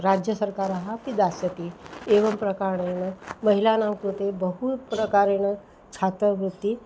राज्यसर्कारः अपि दास्यति एवं प्रकारेण महिलानां कृते बहूत् प्रकारेण छात्रवृत्तिः